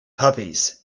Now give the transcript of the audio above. puppies